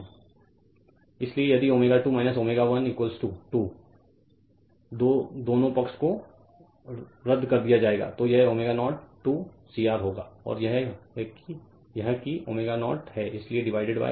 Refer Slide Time 3359 इसलिए यदि ω2 ω 1 2 2 दोनों पक्ष को रद्द कर दिया जाएगा तो यह ω0 2 CR होगा या यह कि ω0 है इसलिए डिवाइड ω0